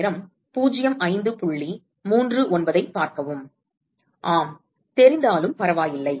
ஆம் தெரிந்தாலும் பரவாயில்லை